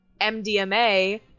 mdma